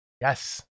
yes